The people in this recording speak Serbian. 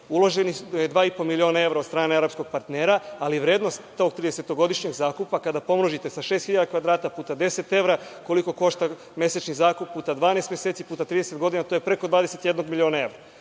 Uloženo je 2,5 miliona evra od strane arapskog partnera, ali vrednost tog tridesetogodišnjeg zakupa, kada pomnožite sa 6.000 kvadrata, puta 10 evra, koliko košta mesečni zakup, puta 12 meseci, puta 30 godina, to je preko 21 milion evra.